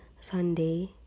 sunday